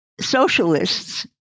Socialists